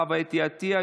חוה אתי עטייה,